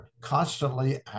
constantly